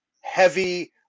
heavy